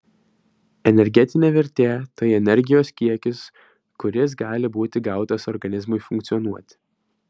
energetinė vertė tai energijos kiekis kuris gali būti gautas organizmui funkcionuoti